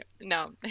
No